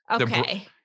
okay